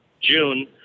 June